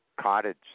cottage